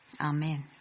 Amen